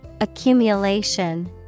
Accumulation